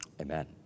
Amen